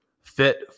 fit